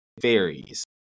varies